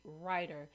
writer